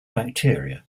bacteria